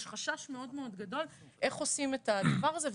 יש חשש מאוד גדול איך עושים את הדבר הזה.